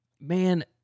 man